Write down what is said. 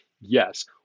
Yes